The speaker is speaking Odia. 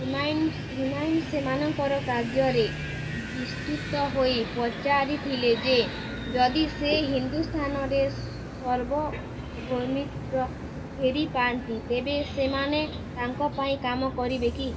ହିମାଇନ୍ ହିମାଇନ୍ ସେମାନଙ୍କର କାର୍ଯ୍ୟରେ ବିସ୍ତୁତ ହୋଇ ପଚାରିଥିଲେ ଯେ ଯଦି ସେ ହିନ୍ଦୁସ୍ତାନରେ ସର୍ବ ଭୌମିତ୍ର ଫେରି ପାଆନ୍ତି ତେବେ ସେମାନେ ତାଙ୍କ ପାଇଁ କାମ କରିବେ କି